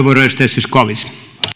arvoisa